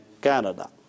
Canada